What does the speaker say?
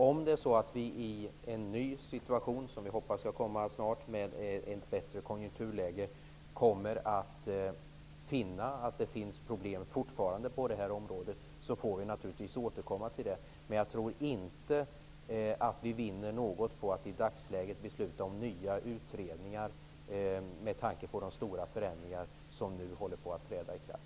Om vi i den nya situation som vi hoppas kommer snart -- jag tänker då på en situation med ett bättre konjunkturläge -- ser att det fortfarande finns problem på det här området, får vi naturligtvis återkomma till frågan. Men jag tror inte att vi vinner något på att i dagsläget besluta om nya utredningar, med tanke på de stora förändringar som nu så att säga håller på att träda i kraft.